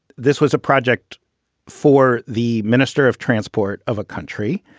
this was a project for the minister of transport of a country.